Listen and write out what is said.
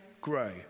grow